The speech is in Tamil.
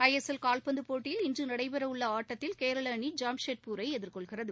ஐ எஸ் எல் கால்பந்து போட்டியில் இன்று நடைபெறவுள்ள கேரள ஆட்டத்தில் அணி ஜாம்ஷெட்பூரை எதிர்கொள்கிறது